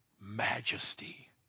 majesty